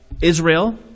Israel